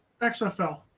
XFL